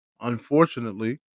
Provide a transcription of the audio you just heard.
unfortunately